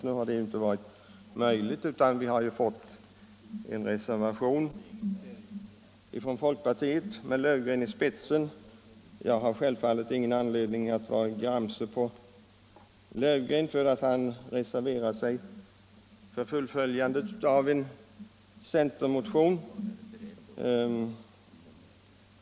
Så blev inte fallet, utan vi har fått en reservation från folkpartiet med herr Löfgren i spetsen. Jag har självfallet ingen anledning att vara gramse på honom för att han har reserverat sig för fullföljandet av en centermotion.